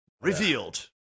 revealed